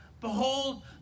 Behold